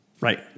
Right